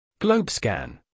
Globescan